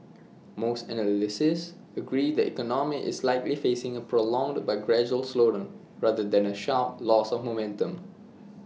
most analysts agree the economy is likely facing A prolonged but gradual slowdown rather than A sharp loss of momentum